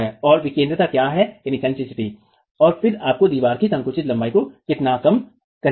और विकेन्द्रता क्या है और फिर आप दीवार की संकुचित लंबाई को कितना कम करेंगे